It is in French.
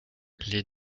les